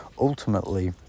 ultimately